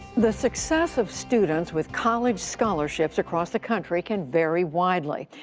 the success of students with college scholarships across the country can vary widely.